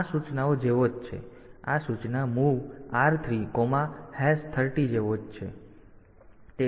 તેથી આ આ સૂચના જેવો જ છે આ સૂચના MOV R430 જેવો જ છે